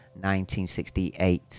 1968